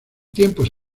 tiempos